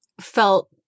felt